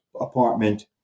apartment